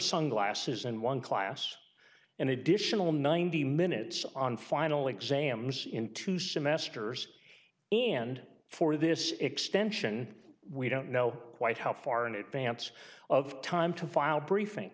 sunglasses in one class an additional ninety minutes on final exams in two semesters and for this extension we don't know quite how far in advance of time to file briefing